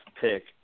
pick